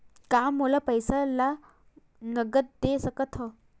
का मोला पईसा ला नगद दे सकत हव?